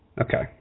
Okay